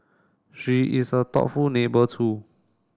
she is a thoughtful neighbour too